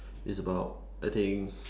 it's about I think